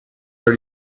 are